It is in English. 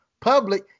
public